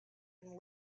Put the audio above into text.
and